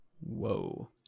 Whoa